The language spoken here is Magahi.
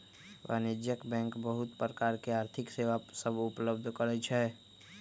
वाणिज्यिक बैंक बहुत प्रकार के आर्थिक सेवा सभ उपलब्ध करइ छै